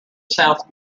south